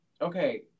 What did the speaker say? okay